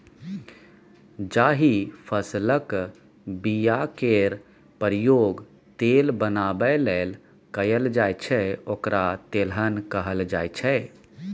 जाहि फसलक बीया केर प्रयोग तेल बनाबै लेल कएल जाइ छै ओकरा तेलहन कहल जाइ छै